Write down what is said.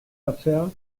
affaires